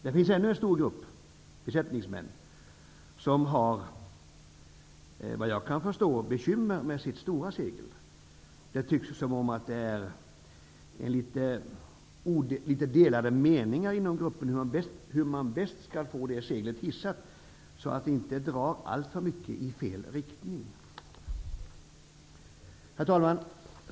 Det finns ännu en stor grupp besättningsmän som har, såvitt jag kan förstå, bekymmer med sitt stora segel. Det tycks som om det råder litet delade meningar inom gruppen om hur man bäst skall få seglet hissat, så att det inte drar alltför mycket i fel riktning. Herr talman!